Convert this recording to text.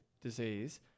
disease